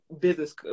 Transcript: business